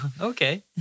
Okay